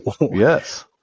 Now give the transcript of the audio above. Yes